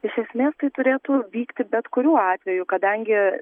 iš esmės tai turėtų vykti bet kuriuo atveju kadangi